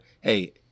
hey